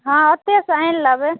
हँ ओतयसॅं आनि लेबै